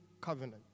covenant